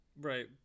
Right